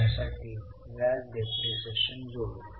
आता आपण balance sheet मध्ये परत जाऊ